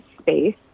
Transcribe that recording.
space